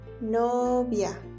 novia